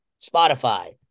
Spotify